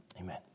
Amen